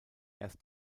erst